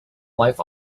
life